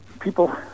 People